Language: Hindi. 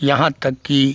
यहाँ तक कि